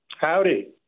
Howdy